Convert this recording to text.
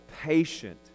patient